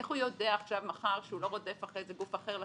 איך הוא יודע מחר שהוא לא רודף אחרי גוף אחר,